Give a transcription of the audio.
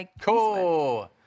Cool